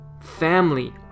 family